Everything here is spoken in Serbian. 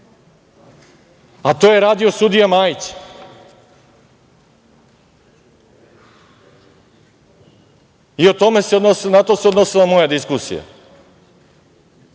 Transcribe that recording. A to je radio sudija Majić i na to se odnosila moja diskusija.